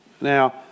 now